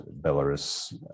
Belarus